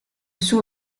suo